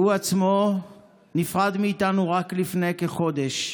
שהוא עצמו נפרד מאיתנו רק לפני כחודש.